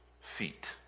feet